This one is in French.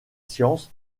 sciences